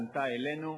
פנתה אלינו,